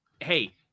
hey